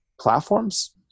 platforms